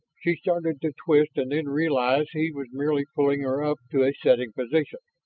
she started to twist and then realized he was merely pulling her up to a sitting position.